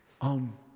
on